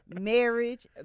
marriage